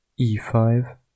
e5